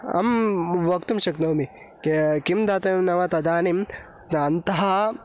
अं वक्तुं शक्नोमि किं दातव्यं नाम तदानीं अन्तः